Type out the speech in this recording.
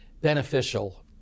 beneficial